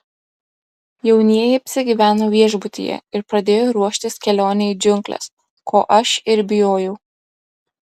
jaunieji apsigyveno viešbutyje ir pradėjo ruoštis kelionei į džiungles ko aš ir bijojau